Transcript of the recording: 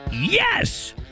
yes